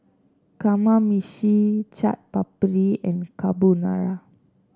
Kamameshi Chaat Papri and Carbonara